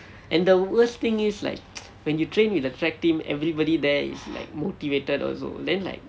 and the worst thing is like when you train with the track team everybody there is like motivated also then like